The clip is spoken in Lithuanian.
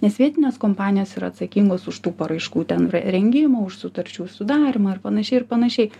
nes vietinės kompanijos yra atsakingos už tų paraiškų ten įrengimą už sutarčių sudarymą ir panašiai ir panašiai